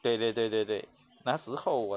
对对对对对那时候我